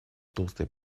толстый